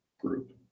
group